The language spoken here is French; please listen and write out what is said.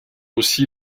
aussi